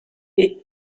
est